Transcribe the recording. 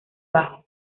bajo